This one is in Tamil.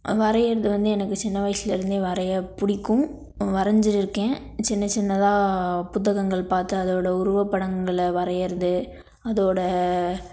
வரையுறது வந்து எனக்கு சின்ன வயசுலருந்தே வரைய பிடிக்கும் வரைஞ்சிருக்கேன் சின்ன சின்னதாக புத்தகங்கள் பார்த்து அதோடயா உருவப்படங்களை வரையுறது அதோட